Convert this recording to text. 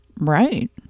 right